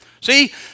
See